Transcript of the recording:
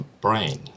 brain